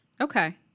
Okay